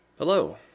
Hello